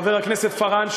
חברת הכנסת פארן,